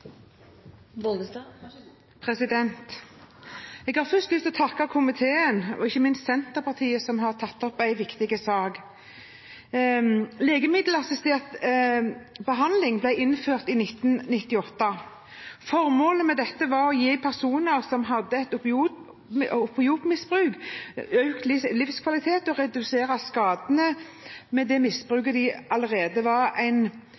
anses vedtatt. Jeg har først lyst til å takke komiteen, og ikke minst Senterpartiet, som har tatt opp en viktig sak. Legemiddelassistert behandling ble innført i 1998. Formålet var å gi personer som hadde et opioidmisbruk, økt livskvalitet og redusere skadene av det misbruket de allerede på en måte var